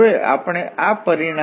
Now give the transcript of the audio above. તેથી આ ગ્રીન્સ નો થીઓરમ છે